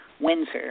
Windsor